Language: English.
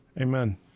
Amen